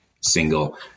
single